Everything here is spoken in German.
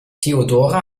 theodora